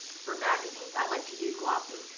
for magazines, i like to do glossy.